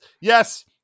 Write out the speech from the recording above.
Yes